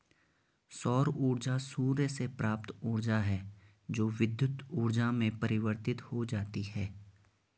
सौर ऊर्जा सूर्य से प्राप्त ऊर्जा है जो विद्युत ऊर्जा में परिवर्तित हो जाती है